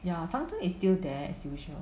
ya 长城 is still there as usual